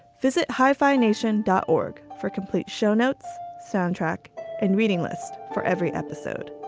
visit hyphenation dot org for complete show notes, soundtrack and reading list for every episode.